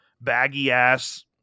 baggy-ass